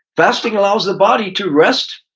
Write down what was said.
fasting allows the body to rest,